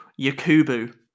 Yakubu